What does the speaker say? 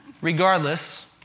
Regardless